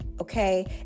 Okay